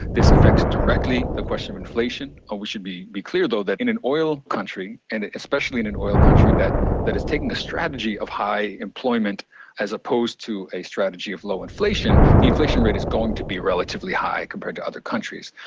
this affects directly the question of inflation. we should be be clear though that in an oil country, and especially in an oil country that that is taking a strategy of high employment as opposed to a strategy of low inflation, the inflation rate is going to be relatively high compared to other countries.